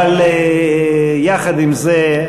אבל יחד עם זה,